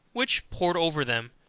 which pour over them,